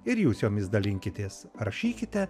ir jūs jomis dalinkitės rašykite